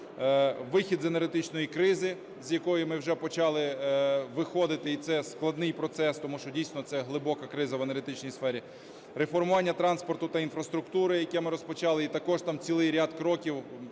вихід з енергетичної кризи, з якої ми вже почали виходити, і це складний процес тому що, дійсно, це глибока криза в енергетичній сфері; реформування транспорту та інфраструктури, яке ми розпочали. І також там цілий ряд кроків,